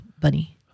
Bunny